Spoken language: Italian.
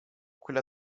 quella